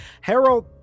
Harold